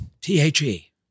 T-H-E